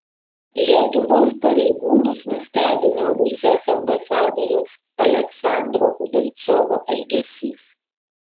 lietuvos pareigūnus nustebino rusijos ambasadoriaus aleksandro udalcovo elgesys